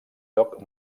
lloc